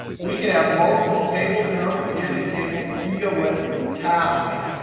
we can have multiple tables in our pivot table field list task pane.